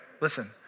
listen